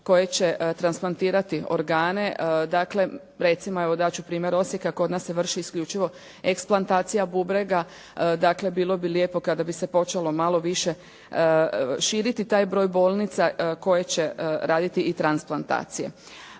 koji će transplantirati organe. Dakle, recimo evo dati ću primjer Osijeka kod nas se vrši isključivo eksplantacija bubrega, dakle, bilo bi lijepo kada bi se počelo malo više širiti taj broj bolnica koji će raditi i tranasplantacije.